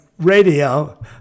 radio